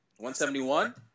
171